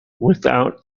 without